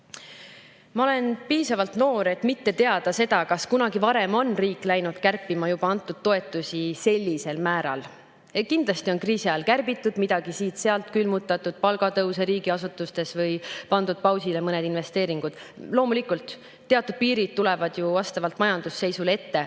Ma olen piisavalt noor, et mitte teada seda, kas kunagi varem on riik läinud kärpima juba antud toetusi sellisel määral. Kindlasti on kriisi ajal kärbitud midagi siit‑sealt, külmutatud palgatõuse riigiasutustes või pandud pausile mõned investeeringud. Loomulikult, teatud piirid tulevad ju vastavalt majandusseisule ette,